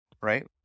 Right